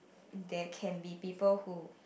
there can be people who